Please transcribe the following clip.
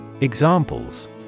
Examples